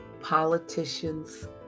politicians